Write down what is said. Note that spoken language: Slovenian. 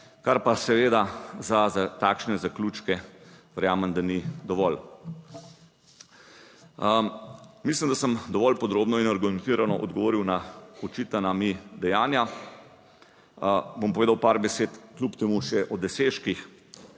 kar pa seveda za takšne zaključke, verjamem, da ni dovolj. Mislim, da sem dovolj podrobno in argumentirano odgovoril na očitana mi dejanja. Bom povedal par besed kljub temu še o dosežkih